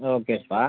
ஓகேப்பா